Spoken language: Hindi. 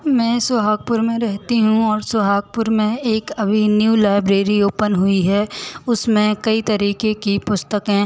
मैं सुहागपुर में रहती हूँ और सुहागपुर में एक अभी न्यू लाइब्रेरी ओपन हुई है उसमें कई तरीके की पुस्तकें